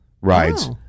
rides